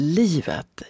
livet